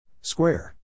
Square